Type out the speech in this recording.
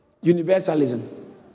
Universalism